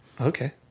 Okay